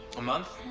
a month?